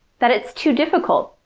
that it's too difficult,